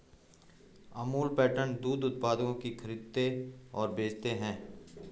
Amul pattern दूध उत्पादों की खरीदते और बेचते है